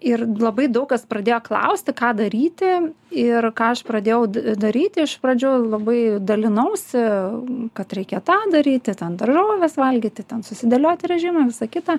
ir labai daug kas pradėjo klausti ką daryti ir ką aš pradėjau daryti iš pradžių labai dalinausi kad reikia tą daryti ten daržoves valgyti ten susidėlioti režimą visa kita